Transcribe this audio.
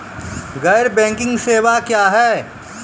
गैर बैंकिंग सेवा क्या हैं?